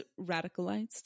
radicalized